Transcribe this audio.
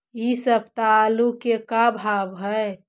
इ सप्ताह आलू के का भाव है?